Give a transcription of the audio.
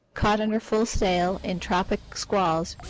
caught under full sail in tropic squalls,